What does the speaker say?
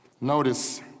Notice